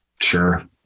Sure